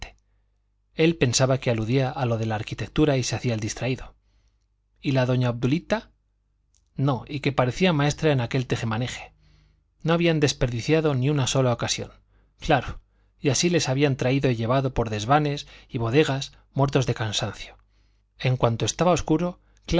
él pensaba que aludía a lo de la arquitectura y se hacía el distraído y la doña obdulita no y que parecía maestra en aquel teje maneje no habían desperdiciado ni una sola ocasión claro y así les habían traído y llevado por desvanes y bodegas muertos de cansancio en cuanto estaba obscuro